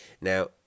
now